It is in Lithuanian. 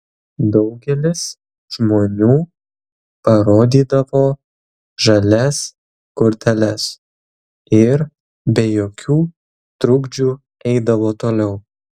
daugelis žmonių parodydavo žalias korteles ir be jokių trukdžių eidavo toliau